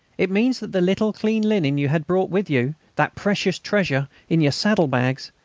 it means that the little clean linen you have brought with you that precious treasure in your saddlebags,